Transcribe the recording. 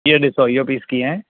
इहो ॾिसो इहो पीस कीअं आहे